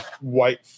white